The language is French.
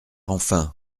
enfin